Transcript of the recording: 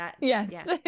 Yes